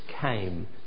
came